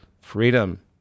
freedom